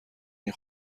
این